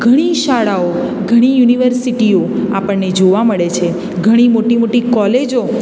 ઘણી શાળાઓ ઘણી યુનિવર્સિટીઓ આપણને જોવા મળે છે ઘણી મોટી મોટી કોલેજો